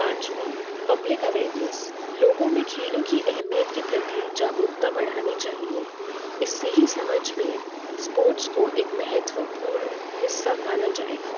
पाँचवाँ public awareness लोगों में खेलों के अहमियत की प्रति जागरूकता बढ़ानी चाहिए इससे ही समज में स्पोर्ट्स को एक महत्वरूर्ण हिस्सा माना जाएगा